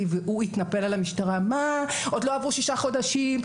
והוא התנפל על המשטרה ואמר לה שעוד לא עברו שישה חודשים,